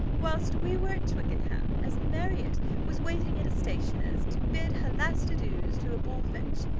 whilst we were at twickenham, as marriott was waiting at a stationer's, to bid her last adieus to a bullfinch,